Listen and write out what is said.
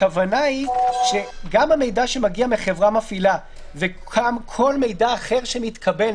הכוונה היא שגם המידע שמגיע מהחברה המפעילה וגם כל מידע אחר שמתקבל,